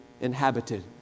inhabited